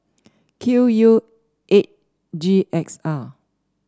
Q U eight G X R